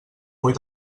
full